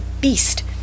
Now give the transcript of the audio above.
beast—